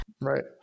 Right